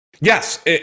Yes